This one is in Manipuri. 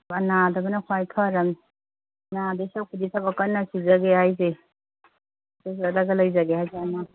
ꯅꯥꯗꯕꯅ ꯈ꯭ꯋꯥꯏ ꯐꯔꯕꯅꯤ ꯅꯥꯗꯣꯏ ꯁꯔꯨꯛꯄꯨꯗꯤ ꯊꯕꯛ ꯀꯟꯅ ꯁꯨꯖꯒꯦ ꯍꯥꯏꯁꯦ ꯂꯩꯖꯦ ꯍꯥꯏꯁꯦ